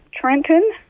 Trenton